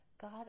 God